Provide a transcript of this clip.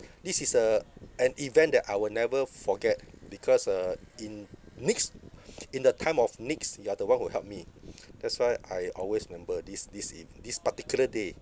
this is a an event that I will never forget because uh in needs in the time of needs you are the one who help me that's why I always remember this this ev~ this particular day